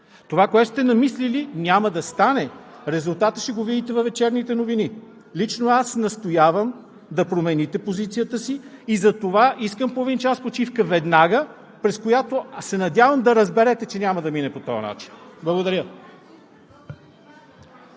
Това, което сте намислили, няма да стане. (Реплики от ГЕРБ.) Резултата ще видите във вечерните новини. Лично аз настоявам да промените позицията си и затова искам половин час почивка веднага, през която се надявам да разберете, че няма да мине по този начин. Благодаря.